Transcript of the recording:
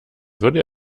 würde